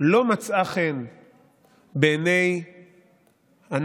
לא מצאה חן בעיני הנשיא,